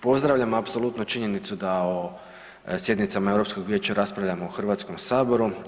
Pozdravljam apsolutno činjenicu da o sjednicama Europskog vijeća raspravljamo u Hrvatskom saboru.